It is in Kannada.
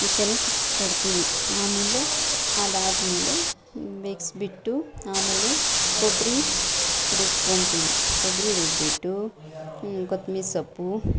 ವಿಶಲ್ ಕೊಡ್ತೀನಿ ಆಮೇಲೆ ಅದಾದಮೇಲೆ ಬೇಕ್ಸ್ಬಿಟ್ಟು ಆಮೇಲೆ ಕೊಬ್ಬರಿ ರುಬ್ಕೊತಿನಿ ಕೊಬ್ಬರಿ ರುಬ್ಬಿಟ್ಟು ಕೊತ್ಮೀರಿ ಸೊಪ್ಪು